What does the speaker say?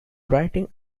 writing